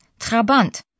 Trabant